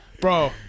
bro